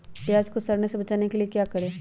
प्याज को सड़ने से बचाने के लिए क्या करें?